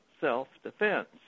self-defense